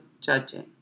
judging